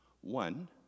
One